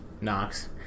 Knox